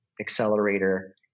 accelerator